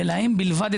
ולהם בלבד,